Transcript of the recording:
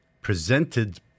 presented